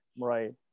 Right